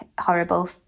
horrible